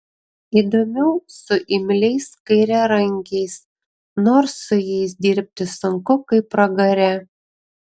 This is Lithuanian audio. įdomiau su imliais kairiarankiais nors su jais dirbti sunku kaip pragare